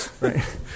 right